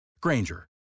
Granger